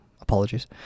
apologies